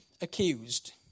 accused